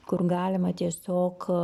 kur galima tiesiog